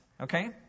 okay